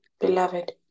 beloved